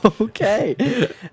Okay